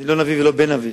אני לא נביא ולא בן נביא.